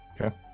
Okay